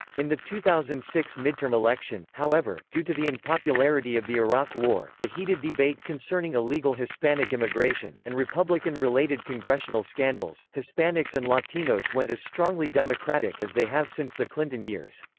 in the two thousand and six midterm election, however, due to the unpopularity of the iraq war, the heated debate concerning illegal hispanic immigration, and republican-related congressional scandals, hispanics and latinos went as strongly democratic as they have since the clinton years.